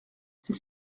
c’est